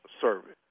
service